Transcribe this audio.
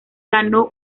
ganó